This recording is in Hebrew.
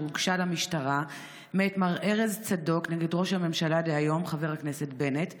הגיש למשטרה מר ארז צדוק נגד ראש הממשלה דהיום חבר הכנסת בנט בחשד,